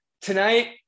tonight